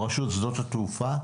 רשות שדות התעופה,